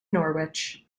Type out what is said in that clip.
norwich